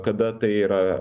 kada tai yra